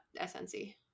SNC